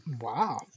Wow